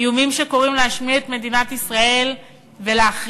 איומים שקוראים להשמיד את מדינת ישראל ולהחרימה,